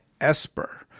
Esper